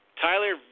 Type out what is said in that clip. tyler